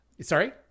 Sorry